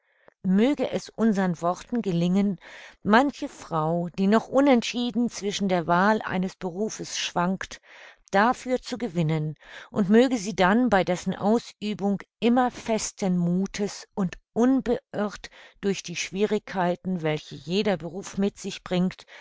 möge es unsern worten gelingen manche frau die noch unentschieden zwischen der wahl eines berufes schwankt dafür zu gewinnen und möge sie dann bei dessen ausübung immer festen muthes und unbeirrt durch die schwierigkeiten welche jeder beruf mit sich bringt